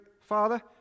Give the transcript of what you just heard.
father